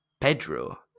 Pedro